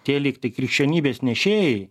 tie lygtai krikščionybės nešėjai